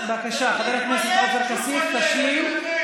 אתה צריך להתבייש.